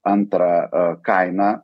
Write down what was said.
antra a kaina